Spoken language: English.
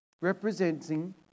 representing